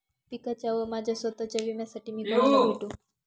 पिकाच्या व माझ्या स्वत:च्या विम्यासाठी मी कुणाला भेटू?